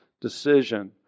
decision